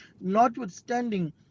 notwithstanding